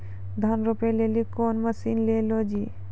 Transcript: धान रोपे लिली कौन मसीन ले लो जी?